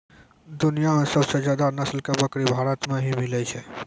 दुनिया मॅ सबसे ज्यादा नस्ल के बकरी भारत मॅ ही मिलै छै